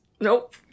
Nope